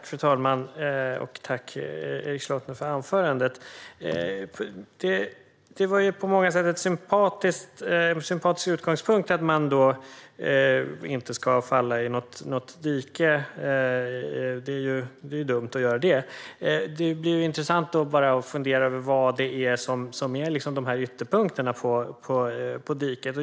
Fru talman! Tack, Erik Slottner, för anförandet! Det var på många sätt en sympatisk utgångspunkt att man inte ska falla i något dike - det är ju dumt att göra det - och det blir intressant att fundera på vad som är dikets ytterkanter.